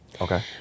Okay